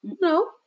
No